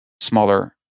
smaller